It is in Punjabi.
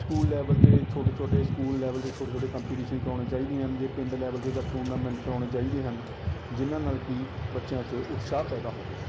ਸਕੂਲ ਲੈਵਲ 'ਤੇ ਛੋਟੇ ਛੋਟੇ ਸਕੂਲ ਲੈਵਲ 'ਤੇ ਛੋਟੇ ਛੋਟੇ ਕੰਪੀਟੀਸ਼ਨ ਕਰਵਾਉਣੇ ਚਾਹੀਦੇ ਹਨ ਜੇ ਪਿੰਡ ਲੈਵਲ 'ਤੇ ਤਾਂ ਟੂਰਨਾਮੈਂਟ ਕਰਵਾਉਣੇ ਚਾਹੀਦੇ ਹਨ ਜਿਹਨਾਂ ਨਾਲ ਕਿ ਬੱਚਿਆਂ 'ਚ ਉਤਸ਼ਾਹ ਪੈਦਾ ਹੋਵੇ